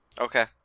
Okay